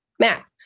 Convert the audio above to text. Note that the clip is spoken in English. map